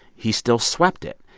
he still swept it.